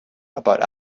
about